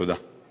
תודה.